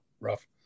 rough